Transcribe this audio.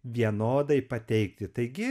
vienodai pateikti taigi